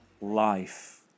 life